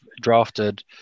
drafted